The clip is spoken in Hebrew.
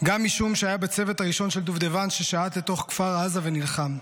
גם משום שהיה בצוות הראשון של דובדבן ששעט לתוך כפר עזה ונלחם.